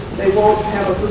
they won't have a